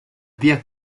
via